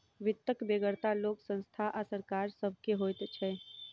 वित्तक बेगरता लोक, संस्था आ सरकार सभ के होइत छै